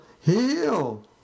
heal